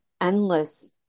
endless